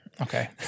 okay